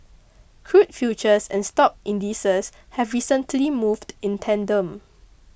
crude futures and stock indices have recently moved in tandem